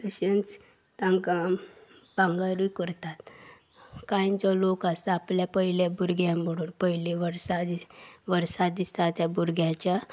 तशेंच तांकां भांगरूय करतात कांय जो लोक आसा आपल्या पयले भुरग्यां म्हणून पयले वर्सा वर्सा दिसा त्या भुरग्याच्या